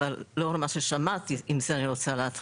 ומאידך אתה מעלה תהייה באשר לבשלות